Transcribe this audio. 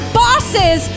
bosses